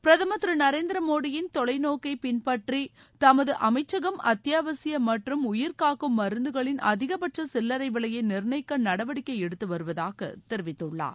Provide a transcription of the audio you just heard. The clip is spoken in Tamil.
பிரதமர் திரு நரேந்திர மோடியின் தொலைநோக்கை பின்பற்றி தமது அமைச்சகம் அத்தியாவசிய மற்றும் உயிர்காக்கும் மருந்துகளின் அதிகபட்ச சில்லறை விலையை நிர்ணயிக்க நடவடிக்கை எடுத்து வருவதாக தெரிவித்துள்ளார்